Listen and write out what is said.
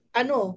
ano